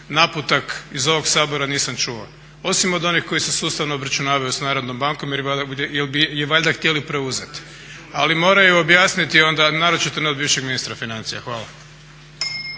naputak iz ovog Sabora nisam čuo, osim od onih koji se sustavno obračunavaju sa Narodnom bankom jel bi je valjda htjeli preuzeti. Ali moraju objasniti onda, a naročito ne od bivšeg ministra financija. Hvala.